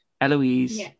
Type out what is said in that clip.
Eloise